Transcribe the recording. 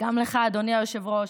וגם לך, אדוני היושב-ראש: